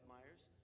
Myers